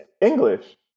English